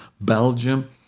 Belgium